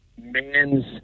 man's